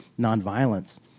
nonviolence